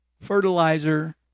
fertilizer